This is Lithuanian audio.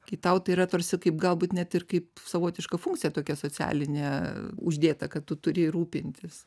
kai tau tai yra tarsi kaip galbūt net ir kaip savotiška funkcija tokia socialinė uždėta kad tu turi rūpintis